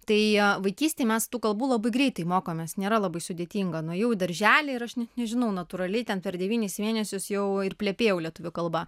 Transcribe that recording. tai vaikystėj mes tų kalbų labai greitai mokomės nėra labai sudėtinga nuėjau į darželį ir aš net nežinau natūraliai ten per devynis mėnesius jau ir plepėjau lietuvių kalba